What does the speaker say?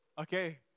Okay